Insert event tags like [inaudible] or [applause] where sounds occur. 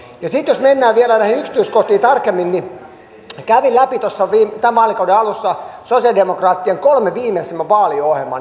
ja sitten jos mennään vielä näihin yksityiskohtiin tarkemmin niin kävin läpi tuossa tämän vaalikauden alussa sosialidemokraattien kolme viimeisintä vaaliohjelmaa [unintelligible]